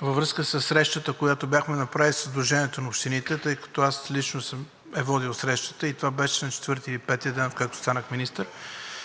във връзка със срещата, която бяхме направили със Сдружението на общините, тъй като аз лично съм я водил срещата и това беше на четвъртия и петия ден, откакто станах министър,